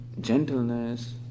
gentleness